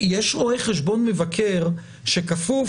יש רואה חשבון מבקר שכפוף